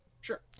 Sure